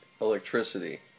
electricity